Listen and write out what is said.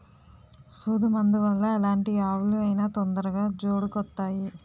సూదు మందు వల్ల ఎలాంటి ఆవులు అయినా తొందరగా జోడుకొత్తాయి